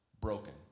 broken